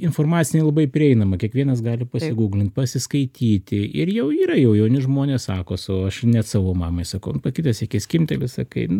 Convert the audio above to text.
informacija jinai labai prieinama kiekvienas gali pasigūglint pasiskaityti ir jau yra jau jauni žmonės sako su aš net savo mamai sakau nu pakitęs iki skimbteli sakai